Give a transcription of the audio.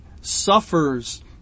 suffers